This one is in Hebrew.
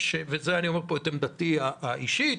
וכאן אני אומר את עמדתי האישית,